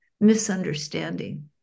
misunderstanding